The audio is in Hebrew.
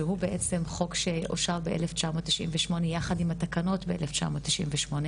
שהוא בעצם חוק שאושר בשנת 1998 יחד עם התקנות שאושרו באותה השנה.